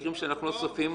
למקרים שאנחנו לא צופים אותם,